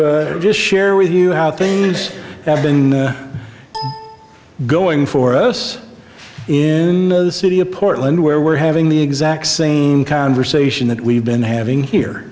just share with you how things are going for us in the city of portland where we're having the exact same conversation that we've been having here